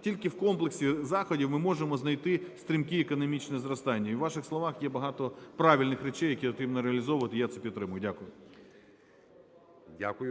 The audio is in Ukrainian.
тільки в комплексі заходів ми можемо знайти стрімке економічне зростання. І в ваших словах є багато правильних речей, які потрібно реалізовувати. Я це підтримую. Дякую.